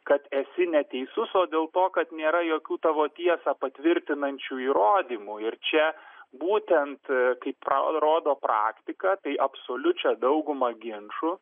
kad esi neteisus o dėl to kad nėra jokių tavo tiesą patvirtinančių įrodymų ir čia būtent kaip rodo praktika tai absoliučią daugumą ginčų